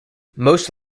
most